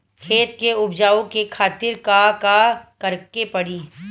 खेत के उपजाऊ के खातीर का का करेके परी?